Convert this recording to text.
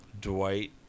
Dwight